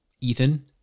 Ethan